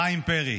חיים פרי,